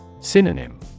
Synonym